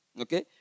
Okay